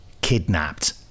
kidnapped